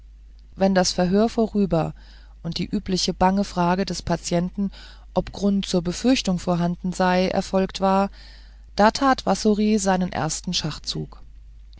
wenn das verhör vorüber und die übliche bange frage des patienten ob grund zur befürchtung vorhanden sei erfolgt war da tat wassory seinen ersten schachzug